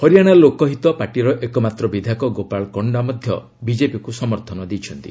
ହରିଆଣା ଲୋକହିତ ପାର୍ଟିର ଏକମାତ୍ର ବିଧାୟକ ଗୋପାଳ କଣ୍ଡା ମଧ୍ୟ ବିଜେପିକୁ ସମର୍ଥନ ଦେଇଛନ୍ତି